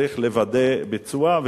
צריך לוודא ביצוע,